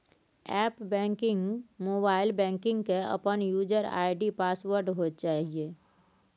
app banking, mobile banking के अपन user ID password होय चाहिए